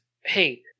hey